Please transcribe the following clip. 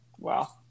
Wow